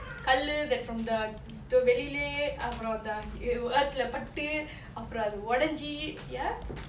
கல்லு:kallu that from that sto~ வெளிலயே அப்ரோ அந்த:velila apro antha hewett lah பட்டு அப்ரோ அது ஒடஞ்சி:pattu apro athu odanji ya